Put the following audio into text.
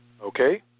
Okay